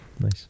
Nice